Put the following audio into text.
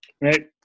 right